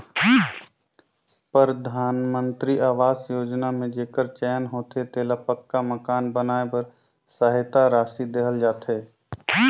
परधानमंतरी अवास योजना में जेकर चयन होथे तेला पक्का मकान बनाए बर सहेता रासि देहल जाथे